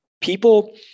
people